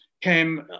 came